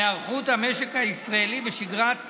והיערכות המשק הישראלי בשגרת קורונה.